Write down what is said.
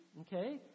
Okay